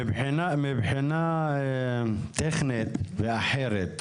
מבחינה טכנית ואחרת,